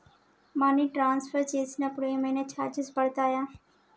Money transfer చేసినప్పుడు ఏమైనా charges పడతయా?